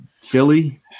Philly